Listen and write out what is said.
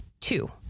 two